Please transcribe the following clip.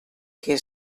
què